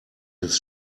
his